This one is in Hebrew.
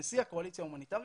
כנשיא הקואליציה ההומניטרית,